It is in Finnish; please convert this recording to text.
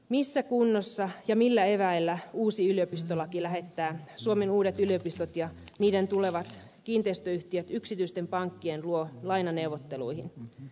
missä kunnossa ja millä eväillä uusi yliopistolaki lähettää suomen uudet yliopistot ja niiden tulevat kiinteistöyhtiöt yksityisten pankkien luo lainaneuvotteluihin